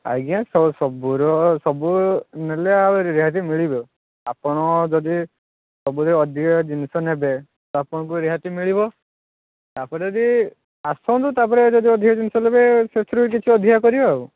ଆଜ୍ଞା ସବୁର ସବୁ ନେଲେ ଆଉ ରିହାତି ମିଳିବ ଆପଣ ଯଦି ସବୁରେ ଅଧିକା ଜିନିଷ ନେବେ ଆପଣଙ୍କୁ ରିହାତି ମିଳିବ ତା'ପରେ ବି ଆସନ୍ତୁ ତା'ପରେ ଯଦି ଅଧିକ ଜିନିଷ ନେବେ ସେଥିରେ କିଛି ଅଧିକା କରିବା ଆଉ